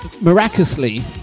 miraculously